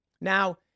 Now